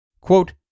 Quote